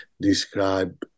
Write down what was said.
describe